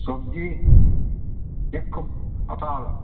ᱥᱚᱵᱽᱡᱤ ᱪᱮᱫ ᱠᱚᱢ ᱦᱟᱛᱟᱣ ᱮᱫᱟ